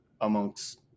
amongst